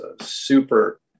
super